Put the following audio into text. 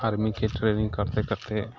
आर्मीके training करिते करिते